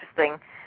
interesting